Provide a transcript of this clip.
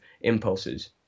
impulses